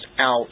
out